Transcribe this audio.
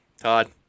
Todd